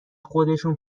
خودشون